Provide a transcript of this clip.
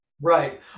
Right